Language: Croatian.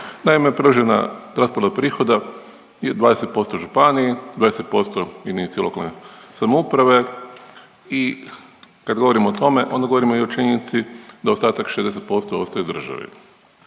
Naime, predložena raspodjela prihoda je 20% županiji, 20% jedinici lokalne samouprave i kad govorimo o tome, onda govorimo i o činjenici da ostatak 60% ostaje državi.